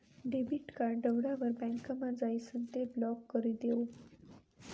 debit card दवडावर बँकमा जाइसन ते ब्लॉक करी देवो